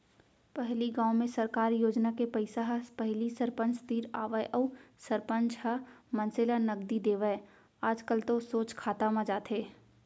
पहिली गाँव में सरकार योजना के पइसा ह पहिली सरपंच तीर आवय अउ सरपंच ह मनसे ल नगदी देवय आजकल तो सोझ खाता म जाथे